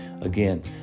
Again